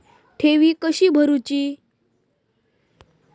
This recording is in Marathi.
ठेवी कशी भरूची?